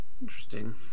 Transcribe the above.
Interesting